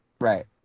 Right